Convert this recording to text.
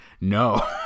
no